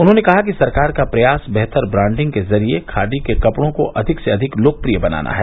उन्होंने कहा कि सरकार का प्रयास बेहतर ब्रांडिग के जरिए खादी के कपड़ों को अधिक से अधिक लोकप्रिय बनाना है